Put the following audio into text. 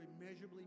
immeasurably